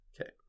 Okay